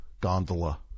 gondola